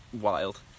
Wild